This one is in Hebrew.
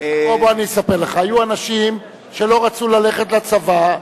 בוא אני אספר לך: היו אנשים שלא רצו ללכת לצבא,